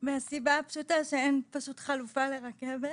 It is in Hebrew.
מהסיבה הפשוטה שפשוט אין חלופה לרכבת.